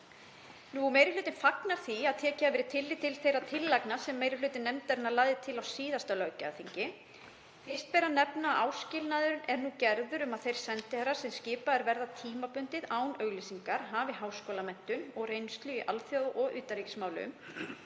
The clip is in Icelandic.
Meiri hlutinn fagnar því að tekið hafi verið tillit til þeirra tillagna sem meiri hluti nefndarinnar lagði til á síðasta löggjafarþingi. Fyrst ber að nefna að áskilnaður er nú gerður um að þeir sendiherrar sem skipaðir verði tímabundið án auglýsingar hafi háskólamenntun og reynslu í alþjóða- og utanríkismálum